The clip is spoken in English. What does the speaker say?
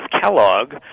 Kellogg